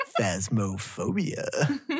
Phasmophobia